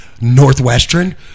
Northwestern